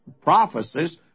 prophecies